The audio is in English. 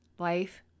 Life